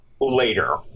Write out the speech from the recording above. later